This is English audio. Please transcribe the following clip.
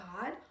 God